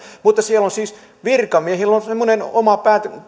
mutta siellä on siis virkamiehillä semmoinen oma